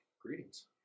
Greetings